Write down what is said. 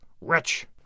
wretch